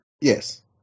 Yes